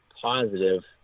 positive